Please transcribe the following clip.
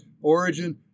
origin